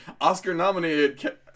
Oscar-nominated